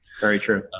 very true.